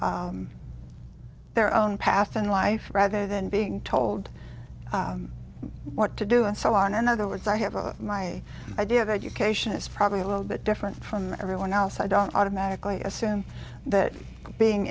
their own path in life rather than being told what to do and so on in other words i have a my idea of education is probably a little bit different from everyone else i don't automatically assume that being